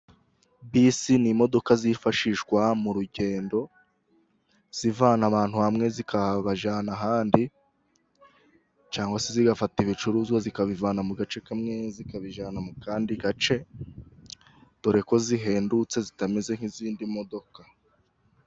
Bisi ni imodoka zifashishwa mu rugendo, zivana abantu hamwe zikabajyana ahandi cyangwa se zigafata ibicuruzwa zikabivana mu gace kamwe zikabijyana mu kandi gace dore ko zihendutse zitameze nk'izindi modoka.